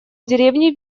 деревни